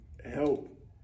Help